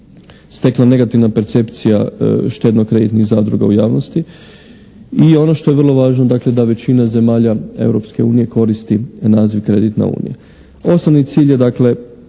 stekla negativna percepcija štedno-kreditnih zadruga u javnosti. I ono što je vrlo važno dakle da većina zemalja Europske unije koristi naziv kreditna unija.